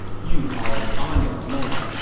you are an honest man.